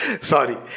Sorry